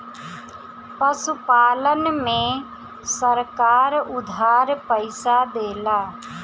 पशुपालन में सरकार उधार पइसा देला?